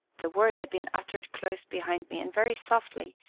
the word had been uttered close behind me, and very softly,